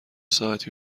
ساعتی